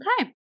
Okay